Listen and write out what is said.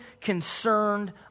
concerned